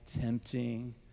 tempting